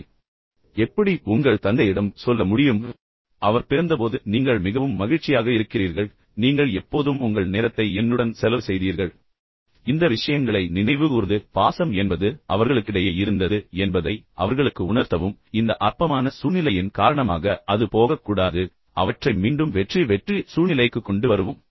அதே விஷயத்தை நீங்கள் தந்தையிடம் சொல்லலாம் நீங்கள் எப்படி இதைச் செய்ய முடியும் அவர் பிறந்தபோது நீங்கள் மிகவும் பாசமாகவும் மகிழ்ச்சியாகவும் இருக்கிறீர்கள் பின்னர் நீங்கள் எப்போதும் உங்கள் நேரத்தை என்னுடன் செலவு செய்தீர்கள் இப்போது இந்த விஷயங்களை நினைவுகூர்ந்து காதல் என்பது அவர்களுக்கிடையே இருந்தது என்பதை அவர்களுக்கு உணர்த்தவும் பின்னர் இந்த அற்பமான சூழ்நிலையின் காரணமாக அது போகக்கூடாது அவற்றை மீண்டும் வெற்றி வெற்றி சூழ்நிலைக்கு கொண்டு வருவோம்